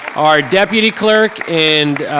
our deputy clerk and,